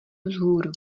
vzhůru